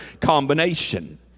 combination